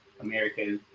america